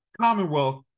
Commonwealth